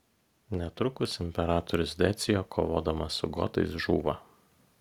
netrukus imperatorius decio kovodamas su gotais žūva